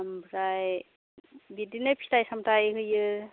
ओमफ्राय बिदिनो फिथाइ सामथाइ होयो